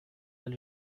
del